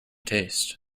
taste